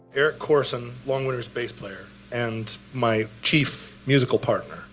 eric corson, long winters' bass player and my chief musical partner,